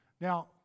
Now